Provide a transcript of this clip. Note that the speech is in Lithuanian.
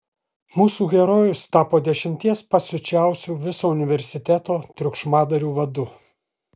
mūsų herojus tapo dešimties pasiučiausių viso universiteto triukšmadarių vadu